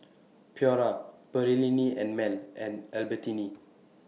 Pura Perllini and Mel and Albertini